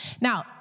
Now